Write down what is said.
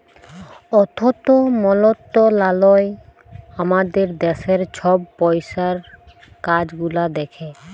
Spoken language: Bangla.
অথ্থ মলত্রলালয় আমাদের দ্যাশের ছব পইসার কাজ গুলা দ্যাখে